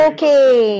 Okay।